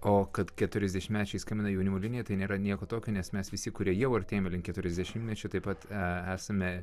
o kad keturiasdešimtmečiai skambina į jaunimo liniją tai nėra nieko tokio nes mes visi kurie jau artėjame link keturiasdešimtmečio taip pat e esame